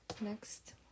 Next